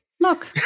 Look